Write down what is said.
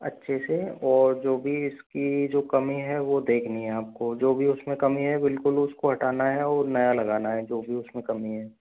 अच्छे से और जो भी इसकी जो कमी है वो देखनी है आपको जो भी उसमें कमी हैं बिलकुल उसको हटाना हैं और नया लगाना हैं जो भी उसमें कमी हैं